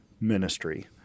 ministry